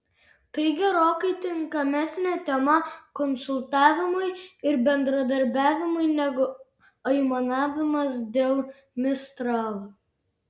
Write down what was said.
tai gerokai tinkamesnė tema konsultavimui ir bendradarbiavimui negu aimanavimas dėl mistral